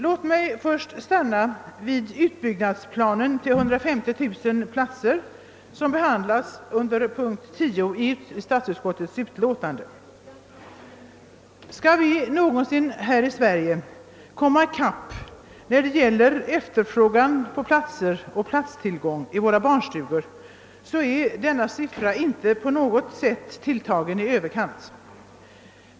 Låt mig först uppehålla mig vid yrkandet om en plan för byggande av minst 150 000 nya barnstugeplatser, vilket yrkande behandlas under förevarande punkt. Skall vi någonsin här i Sverige. få balans mellan efterfrågan och tillgången på platser vid våra barnstugor, så är detta förslag om 150 000 platser inte på något sätt tilltaget i överkant.